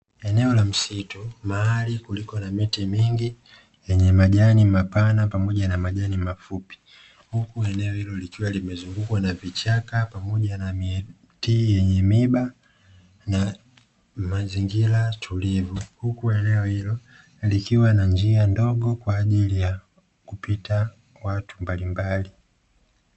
Eneo la msitu mahali kuliko na miti mingi yenye majani mapana pamoja na majani mafupi, huku eneo hilo likiwa limezungukwa na vichaka na miti yenye miiba mazingira tulivu, hukuelewa hilo likiwa na njia ndogo kwa ajili ya kipita watu mbalimbali.